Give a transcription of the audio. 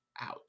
out